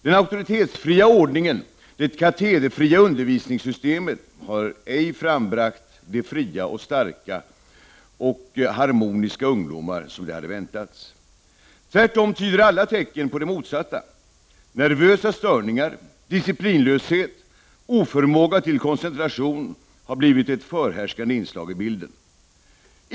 Den auktoritetsfria ordningen, det katederfria undervisningssystemet har ej frambragt de fria och starka och harmoniska ungdomar som det hade väntats. Tvärtom tyder alla tecken på det motsatta: nervösa störningar, disciplinlöshet, oför måga till koncentration har blivit ett förhärskande inslag i bilden.